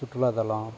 சுற்றுலாத்தலம்